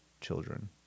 children